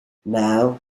now